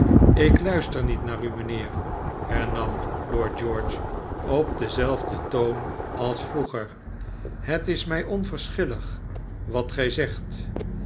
ik blister niet naar u mijnheer hernam lord george op denzelfden toon als vroeger shet is mij onverschillig wat gij zegt